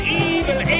evil